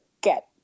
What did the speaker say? get